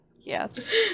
Yes